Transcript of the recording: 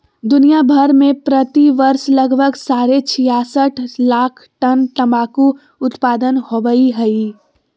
दुनिया भर में प्रति वर्ष लगभग साढ़े छियासठ लाख टन तंबाकू उत्पादन होवई हई,